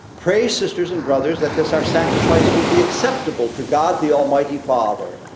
pray sisters and brothers that this, our sacrifice, will be acceptable to god the almighty father.